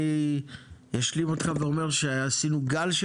אני אשלים אותך ואומר שעשינו גל של